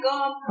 God